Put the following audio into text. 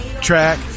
track